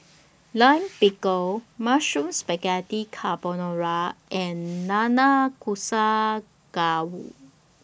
Lime Pickle Mushroom Spaghetti Carbonara and Nanakusa Gayu